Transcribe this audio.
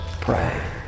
pray